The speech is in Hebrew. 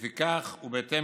לפיכך, בהתאם